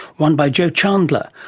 won by jo chandler,